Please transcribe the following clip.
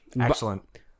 Excellent